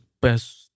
best